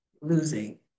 losing